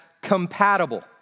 compatible